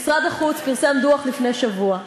משרד החוץ פרסם דוח לפני שבוע,